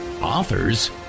authors